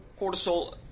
cortisol